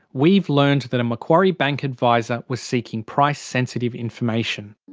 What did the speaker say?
we've learned that a macquarie bank adviser was seeking price-sensitive information.